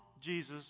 Jesus